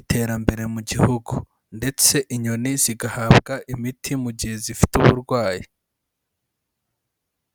iterambere mu gihugu ndetse inyoni zigahabwa imiti mu gihe zifite uburwayi.